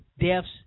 deaths